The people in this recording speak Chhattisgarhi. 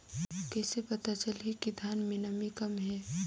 कइसे पता चलही कि धान मे नमी कम हे?